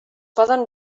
poden